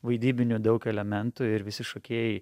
vaidybinių daug elementų ir visi šokėjai